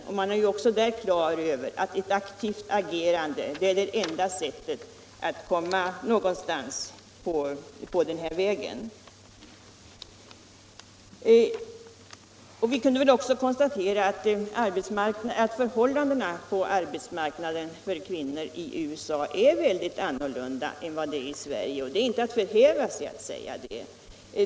Man är också i Amerika på det klara med att ett aktivt agerande är det enda sättet att komma någonstans i den här frågan. Vi kunde också konstatera att förhållandena för kvinnorna på arbetsmarknaden i USA är helt andra än i Sverige. Det är inte att förhäva sig när man säger det.